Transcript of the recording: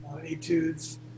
Etudes